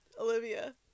Olivia